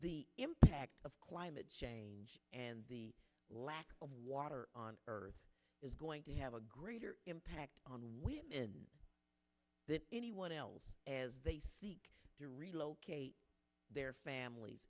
the impact of climate change and the lack of water on earth is going to have a greater impact on women and anyone else as they seek to relocate their families